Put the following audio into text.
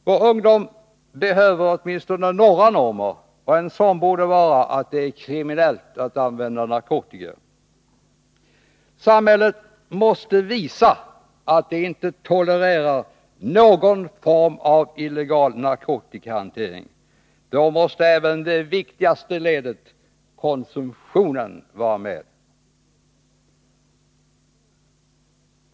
Vår ungdom behöver åtminstone några normer. En sådan borde vara att det är kriminellt att använda narkotika. Samhället måste visa att det inte tolererar någon form av illegal narkotikahantering. Då måste även det viktigaste ledet — konsumtionen — vara med.